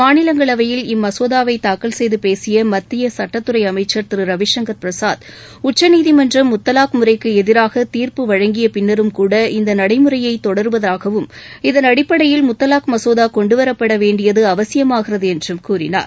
மாநிலங்களவையில் இம்மசோதாவை தாக்கல் செய்து பேசிய மத்திய சுட்டத்துறை அமைச்சர் திரு ரவிசங்கர் பிரசாத் உச்சநீதிமன்றம் முத்தலாக் முறைக்கு எதிராக தீர்ப்பு வழங்கிய பின்னரும் கூட இந்த நடைமுறைய தொடருவதாகவும் இதன் அடிப்படையில் முத்தலாக் மசோதா கொண்டுவரப் படவேண்டியது அவசியமாகிறது என்றும் கூறினார்